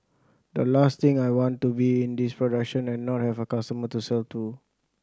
the last thing I want to be in this production and not have a customer to sell to